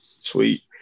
sweet